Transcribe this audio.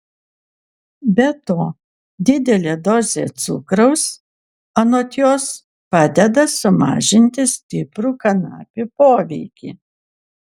be to didelė dozė cukraus anot jos padeda sumažinti stiprų kanapių poveikį